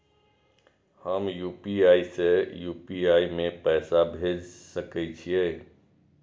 हम यू.पी.आई से यू.पी.आई में पैसा भेज सके छिये?